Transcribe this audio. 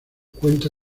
cuenta